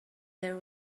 there